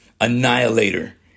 annihilator